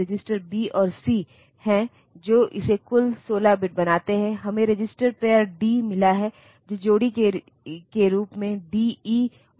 बहुत ही सरल कारण कि बाइनरी मान उन्हें याद रखना या उन्हें निर्देश करना मुश्किल हो जाता है